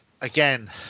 again